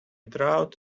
drought